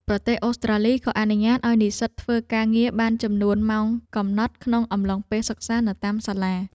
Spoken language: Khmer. ប្រទេសអូស្ត្រាលីក៏អនុញ្ញាតឱ្យនិស្សិតធ្វើការងារបានចំនួនម៉ោងកំណត់ក្នុងអំឡុងពេលសិក្សានៅតាមសាលា។